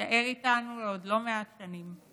יישאר איתנו לעוד לא מעט שנים.